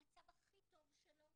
במצב הכי טוב שלו,